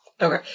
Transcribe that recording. Okay